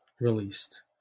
released